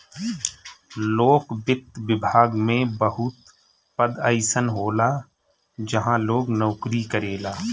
लोक वित्त विभाग में बहुत पद अइसन होला जहाँ लोग नोकरी करेला